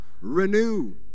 Renew